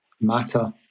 matter